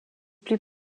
plus